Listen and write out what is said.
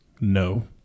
No